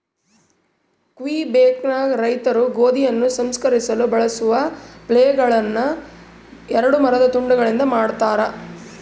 ಕ್ವಿಬೆಕ್ನಾಗ ರೈತರು ಗೋಧಿಯನ್ನು ಸಂಸ್ಕರಿಸಲು ಬಳಸುವ ಫ್ಲೇಲ್ಗಳುನ್ನ ಎರಡು ಮರದ ತುಂಡುಗಳಿಂದ ಮಾಡತಾರ